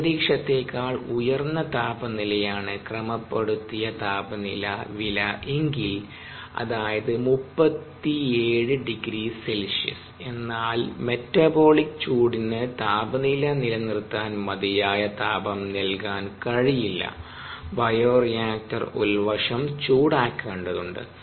അന്തരീക്ഷത്തെക്കാൾ ഉയർന്ന താപനിലയാണ് ക്രമപ്പെടുത്തിയ താപനില എങ്കിൽ അതായത് 37 0C എന്നാൽ മെറ്റബോളിക് ചൂടിന് താപനില നിലനിർത്താൻ മതിയായ താപം നൽകാൻ കഴിയില്ല ബയോറിയാക്ടർ ഉൾവശം ചൂടാക്കേണ്ടതുണ്ട്